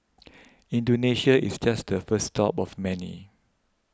Indonesia is just the first stop of many